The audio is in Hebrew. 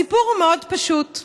הסיפור הוא מאוד פשוט: